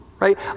Right